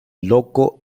loko